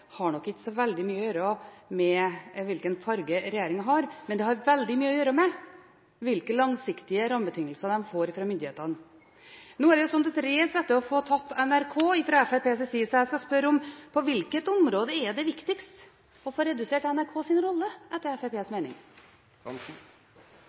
har nok ikke så veldig mye å gjøre med hvilken farge regjeringen har, men det har veldig mye å gjøre med hvilke langsiktige rammebetingelser de får fra myndighetene. Nå er det et race fra Fremskrittspartiets side etter å få tatt NRK, så jeg vil spørre: På hvilket område er det viktigst å få redusert NRKs rolle etter